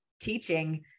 teaching